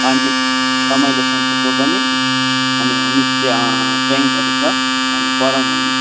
अनि रमाइलो सन्तुकमा पनि अनि होमस्टे टेन्टहरू छ अनि परम होमस्टे